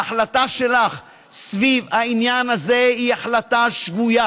ההחלטה שלך סביב העניין הזה היא החלטה שגויה.